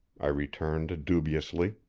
i returned dubiously.